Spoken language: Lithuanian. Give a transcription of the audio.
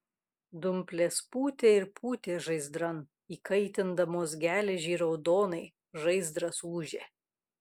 dumplės pūtė ir pūtė žaizdran įkaitindamos geležį raudonai žaizdras ūžė